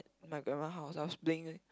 my grandma house I was playing